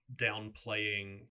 downplaying